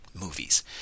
movies